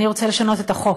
אני רוצה לשנות את החוק.